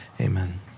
Amen